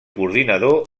coordinador